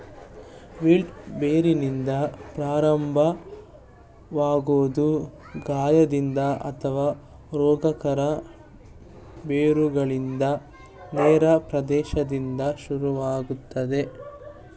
wilt ಬೇರಿಂದ ಪ್ರಾರಂಭವಾಗೊದು ಗಾಯದಿಂದ ಅಥವಾ ರೋಗಕಾರಕ ಬೇರುಗಳಿಗೆ ನೇರ ಪ್ರವೇಶ್ದಿಂದ ಶುರುವಾಗ್ತದೆ